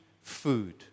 food